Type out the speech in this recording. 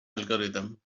algorithm